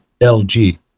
LG